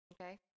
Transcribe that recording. Okay